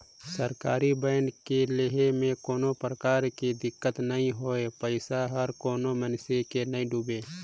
सरकारी बांड के लेहे में कोनो परकार के दिक्कत नई होए पइसा हर कोनो मइनसे के नइ डुबे